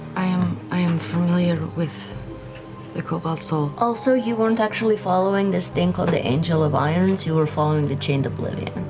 i am i am familiar with the cobalt soul. laura also, you weren't actually following this thing called the angel of irons, you were following the chained oblivion.